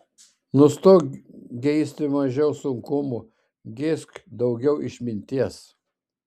nustok geisti mažiau sunkumų geisk daugiau išminties